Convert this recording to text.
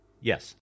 Yes